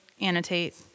annotate